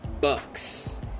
Bucks